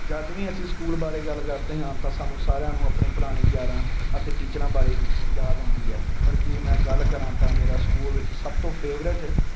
ਜਦ ਵੀ ਅਸੀਂ ਸਕੂਲ ਬਾਰੇ ਗੱਲ ਕਰਦੇ ਹਾਂ ਤਾਂ ਸਾਨੂੰ ਸਾਰਿਆਂ ਨੂੰ ਆਪਣੇ ਪੁਰਾਣੇ ਯਾਰਾਂ ਅਤੇ ਟੀਚਰਾਂ ਬਾਰੇ ਯਾਦ ਆਉਂਦੀ ਹੈ ਪਰ ਜੇ ਮੈਂ ਗੱਲ ਕਰਾਂ ਤਾਂ ਮੇਰਾ ਸਕੂਲ ਵਿੱਚ ਸਭ ਤੋਂ ਫੇਵਰੇਟ